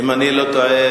אם אני לא טועה,